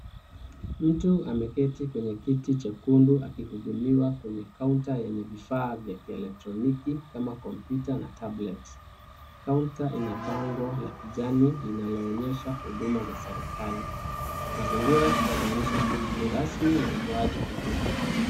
Mtu ameketi kwenye kiti jekundu akihudumiwa kwenye kaunta yenye vifaa vya kielektroniki kama komyuta na tablet . Kunta lina bango la kijani linaloonyesha huduma za serikali. Mazingira yanaonyesha shughuli rasmi ya utoaji huduma.